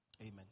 Amen